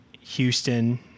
Houston